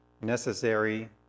necessary